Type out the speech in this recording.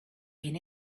been